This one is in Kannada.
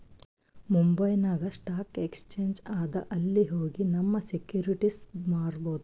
ಮುಂಬೈನಾಗ್ ಸ್ಟಾಕ್ ಎಕ್ಸ್ಚೇಂಜ್ ಅದಾ ಅಲ್ಲಿ ಹೋಗಿ ನಮ್ ಸೆಕ್ಯೂರಿಟಿಸ್ ಮಾರ್ಬೊದ್